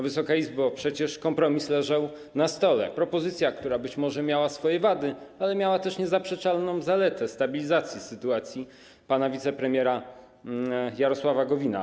Wysoka Izbo, przecież kompromis leżał na stole: to propozycja, która być może miała swoje wady, ale miała też niezaprzeczalną zaletę - stabilizacji sytuacji, propozycja pana premiera Jarosława Gowina.